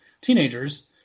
teenagers